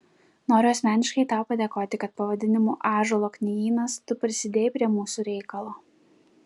noriu asmeniškai tau padėkoti kad pavadinimu ąžuolo knygynas tu prisidėjai prie mūsų reikalo